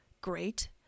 great